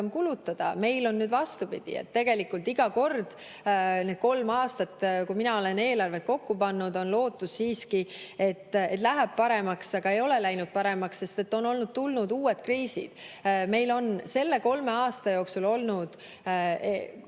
kulutada. Meil on nüüd vastupidi. Tegelikult on olnud iga kord, need kolm aastat, kui mina olen eelarvet kokku pannud, siiski lootus, et läheb paremaks, aga ei ole läinud paremaks, sest on tulnud uued kriisid. Meil on selle kolme aasta jooksul olnud